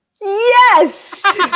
yes